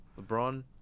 LeBron